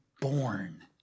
born